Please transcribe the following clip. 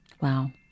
Wow